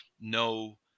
no